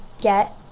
get